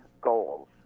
goals